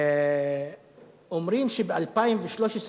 אומרים שב-2013,